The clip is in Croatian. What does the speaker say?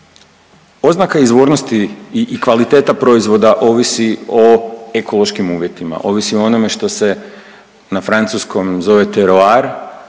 Oznaka izvornosti i kvaliteta proizvoda ovisi o ekološkim uvjetima, ovisi o onome što se na francuskom zove teroar